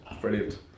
Brilliant